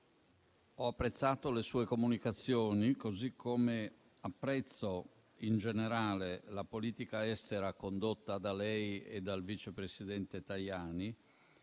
ho apprezzato le sue comunicazioni, così come apprezzo in generale la politica estera condotta da lei e dal vice presidente Tajani